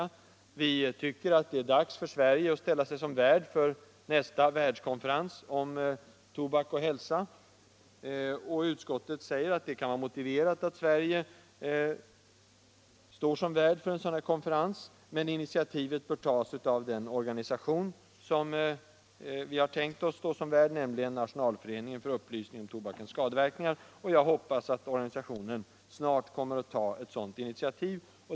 I motionen framhåller vi att det är dags för Sverige att ställa sig som värd för nästa världskonferens om rökning och hälsa. Utskottet anser att det kan vara motiverat att Sverige står som värd för en sådan konferens, men initiativet bör tas av den organisation som vi har tänkt oss skall stå som värd, nämligen Nationalföreningen för upplysning om tobakens skadeverkningar. Jag hoppas att organisationen snart kommer att ta ett sådant initiativ.